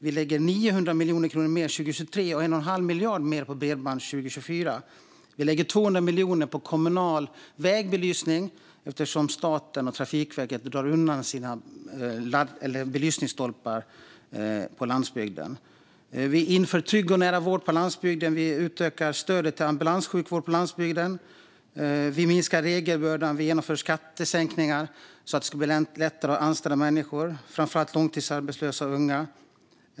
Vi lägger 900 miljoner kronor mer 2023, och 1 1⁄2 miljard kronor mer på bredband 2024. Vi lägger 200 miljoner kronor på kommunal vägbelysning, eftersom staten och Trafikverket tar bort sina belysningsstolpar på landsbygden. Vi inför trygg och nära vård på landsbygden. Vi utökar stödet till ambulanssjukvård på landsbygden. Vi minskar regelbördan och genomför skattesänkningar så att det ska bli lättare att anställa människor, framför allt långtidsarbetslösa och unga.